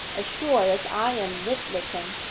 as sure as i am nyttleton.